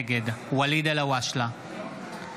נגד ואליד אלהואשלה,